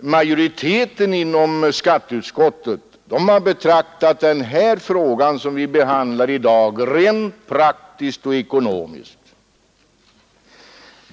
Majoriteten inom skatteutskottet har betraktat den fråga som vi behandlar i dag rent praktiskt och ekonomiskt.